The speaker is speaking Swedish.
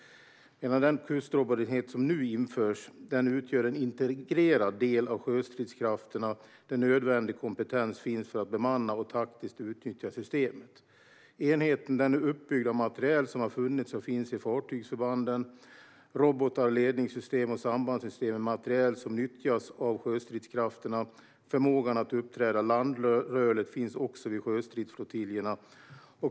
Den kustrobotenhet som nu införs utgör en integrerad del av sjöstridskrafterna, där nödvändig kompetens finns för att bemanna och taktiskt utnyttja systemet. Enheten är uppbyggd av materiel som har funnits och finns i fartygsförbanden. Robotar, ledningssystem, sambandssystem och materiel som nyttjas av sjöstridskrafterna och förmågan att uppträda landrörligt finns också vid sjöstridsflottiljerna.